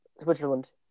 Switzerland